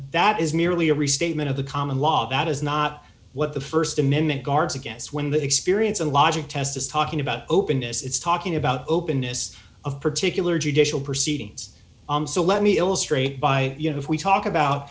that is merely a restatement of the common law that is not what the st amendment guards against when the experience and logic test is talking about openness it's talking about openness of particular judicial proceedings so let me illustrate by you know if we talk about